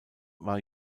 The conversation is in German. war